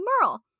Merle